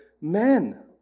men